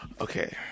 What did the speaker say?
Okay